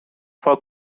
پاک